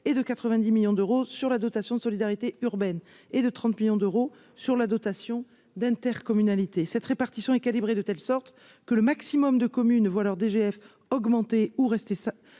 et de 90 millions d'euros sur la dotation de solidarité urbaine et de 30 millions d'euros sur la dotation d'intercommunalité cette répartition est calibrée de telle sorte que le maximum de communes voient leur DGF augmenter ou rester